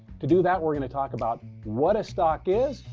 to do that, we're going to talk about what a stock is.